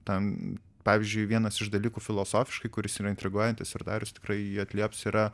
ten pavyzdžiui vienas iš dalykų filosofiškai kuris yra intriguojantis ir darius tikrai jį atlieps yra